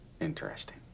Interesting